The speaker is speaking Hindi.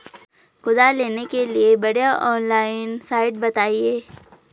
कुदाल लेने के लिए बढ़िया ऑनलाइन साइट बतायें?